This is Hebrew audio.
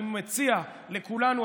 אני מציע לכולנו,